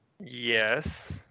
Yes